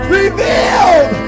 revealed